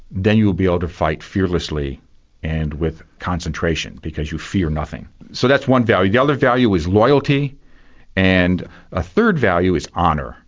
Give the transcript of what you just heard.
then you'll be able to fight fearlessly and with concentration, because you fear nothing. so that's one value. the other value was loyalty and a third value is honour.